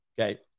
Okay